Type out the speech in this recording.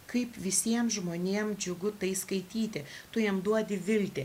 kaip visiem žmonėm džiugu tai skaityti tu jiem duodi viltį